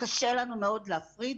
קשה לנו מאוד להפריד